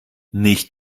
nicht